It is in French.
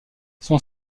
son